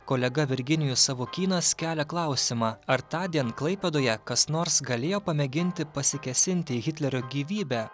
kolega virginijus savukynas kelia klausimą ar tądien klaipėdoje kas nors galėjo pamėginti pasikėsinti į hitlerio gyvybę